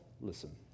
listen